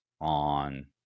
on